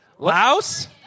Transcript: Louse